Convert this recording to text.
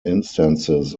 instances